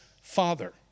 father